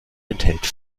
enthält